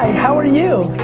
how are you?